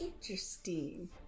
Interesting